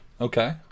Okay